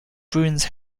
bruins